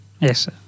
Yes